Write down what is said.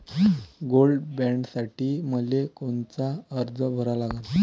Gold बॉण्डसाठी मले कोनचा अर्ज भरा लागन?